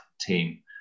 team